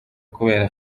kubera